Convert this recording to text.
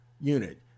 unit